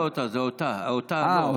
לא, זה לא "אותו", זה "אותה".